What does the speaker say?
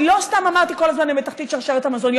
אני לא סתם אמרתי כל הזמן שהם בתחתית שרשרת המזון,